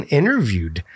interviewed